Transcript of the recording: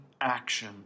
action